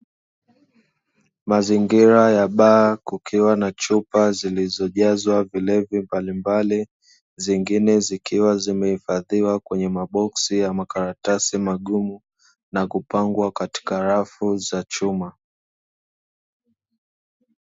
Mazingira ya baa kukiwa na chupa zilizojazwa vilevi mbalimbali, zingine zikiwa zimehifadhiwa kwenye maboksi ya makaratasi magumu, na kupangwa katika rafu za chuma.